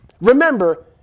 Remember